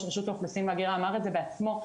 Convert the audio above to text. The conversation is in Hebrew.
רשות האוכלוסין וההגירה אמר את זה בעצמו,